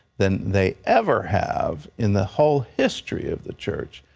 than they ever have in the whole history of the church.